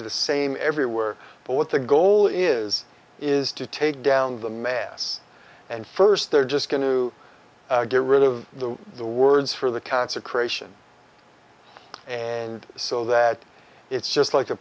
the same everywhere but what the goal is is to take down the mass and first they're just going to get rid of the the words for the consecration and so that it's just like